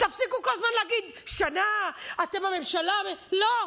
תפסיקו כל הזמן להגיד: שנה אתם בממשלה, לא.